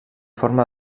forma